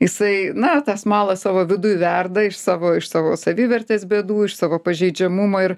jisai na tą smalą savo viduj verda iš savo iš savo savivertės bėdų iš savo pažeidžiamumo ir